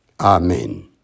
Amen